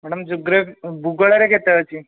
madam geography ଭୂଗୋଳରେ କେତେ ଅଛି